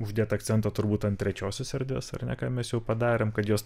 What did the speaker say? uždėt akcentą turbūt ant trečiosios erdvės ar ne ką mes jau padarėm kad jos